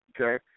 Okay